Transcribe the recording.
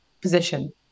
position